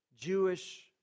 Jewish